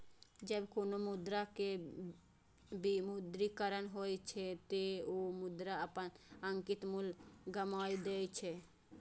जब कोनो मुद्रा के विमुद्रीकरण होइ छै, ते ओ मुद्रा अपन अंकित मूल्य गमाय दै छै